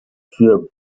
für